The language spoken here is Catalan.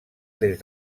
des